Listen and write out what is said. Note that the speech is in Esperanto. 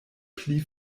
pli